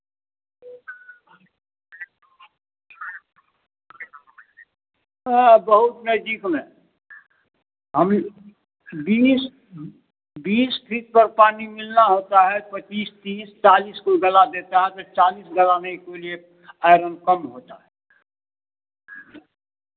हाँ बहुत नज़दीक में है और नहीं यह बीस बीस फीट पर पानी मिलना होता है पच्चीस तीस चालीस कोई गड़ा देता है तो चालीस गड़ाने के लिए आइरन कम होता है